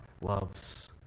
loves